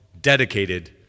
dedicated